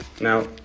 Now